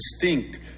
distinct